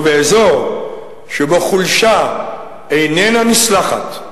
ובאזור שבו חולשה אינה נסלחת,